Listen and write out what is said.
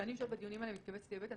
כשאני יושבת בדיונים האלה מתכווצת לי הבטן.